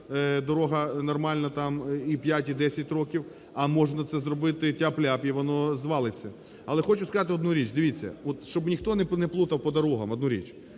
дорога нормально там і 5, і 10 років. А можна це зробити тяп-ляп 0- і воно звалиться. Але хочу сказати одну річ. Дивіться, от щоб ніхто не плутав по дорогам